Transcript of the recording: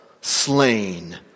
slain